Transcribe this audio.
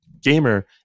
gamer